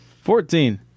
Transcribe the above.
Fourteen